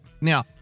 Now